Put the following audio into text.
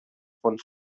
fonts